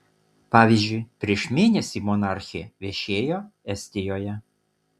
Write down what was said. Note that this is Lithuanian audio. pavyzdžiui prieš mėnesį monarchė viešėjo estijoje